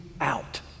out